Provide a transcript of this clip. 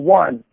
one